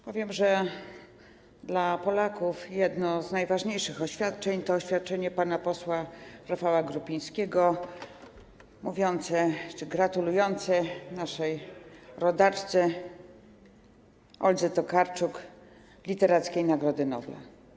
Powiem, że dla Polaków jedno z najważniejszych oświadczeń to oświadczenie pana posła Rafała Grupińskiego mówiące czy gratulujące naszej rodaczce Oldze Tokarczuk Literackiej Nagrody Nobla.